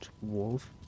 wolf